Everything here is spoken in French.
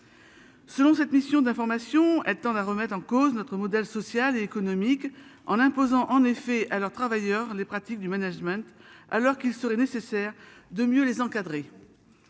Selon cette mission d'information, elle tend à remettre en cause notre modèle social et économique en l'imposant en effet à leurs travailleurs, les pratiques du management, alors qu'il serait nécessaire de mieux les encadrer.